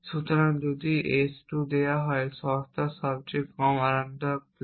সুতরাং যদি S 2 দেওয়া হয় সস্তার সবচেয়ে কম আরামদায়ক প্ল্যানে